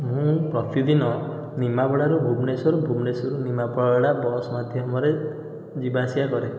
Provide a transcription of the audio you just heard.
ମୁଁ ପ୍ରତିଦିନ ନିମାପଡ଼ାରୁ ଭୁବନେଶ୍ୱର ଭୁବନେଶ୍ୱରରୁ ନିମାପଡ଼ା ବସ୍ ମାଧ୍ୟମରେ ଯିବାଆସିବା କରେ